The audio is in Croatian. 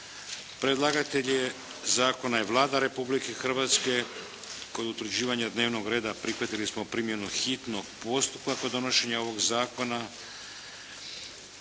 Predlagatelj zakona je Vlada Republike Hrvatske. Kod utvrđivanja dnevnog reda prihvatili smo primjenu hitnog postupka kod donošenja ovog zakona.